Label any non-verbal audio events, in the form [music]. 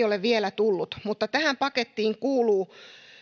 [unintelligible] ole vielä tullut mutta tähän pakettiin kuuluu